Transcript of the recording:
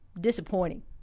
disappointing